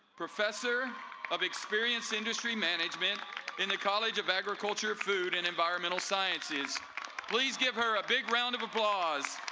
professor of experience industry management in the college of agriculture, food, and environmental sciences please give her a big round of applause!